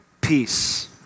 peace